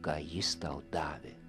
ką jis tau davė